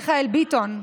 מיכאל ביטון,